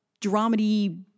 dramedy